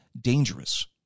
dangerous